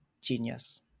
genius